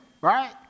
Right